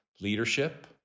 leadership